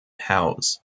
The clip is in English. house